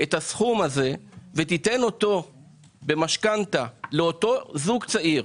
את הסכום הזה ותיתן אותו במשכנתה לאותו זוג צעיר,